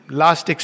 last